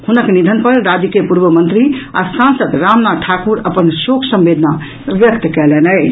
हुनक निधन पर राज्य के पूर्व मंत्री आ सांसद रामनाथ ठाकुर अपन शोक संवेदना यक्त कयलनि अछि